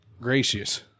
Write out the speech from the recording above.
gracious